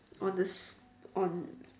on the Se on